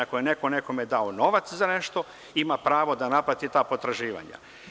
Ako je neko nekome dao novac za nešto, ima pravo da naplati ta potraživanja.